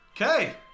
Okay